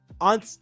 on